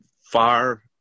far